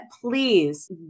Please